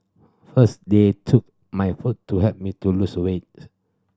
first they took my food to help me to lose a weight